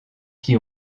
qui